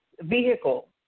vehicle